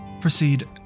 proceed